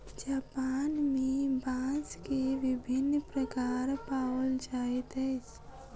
Japan में बांस के विभिन्न प्रकार पाओल जाइत अछि